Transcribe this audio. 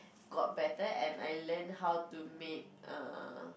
got better and I learn how to make err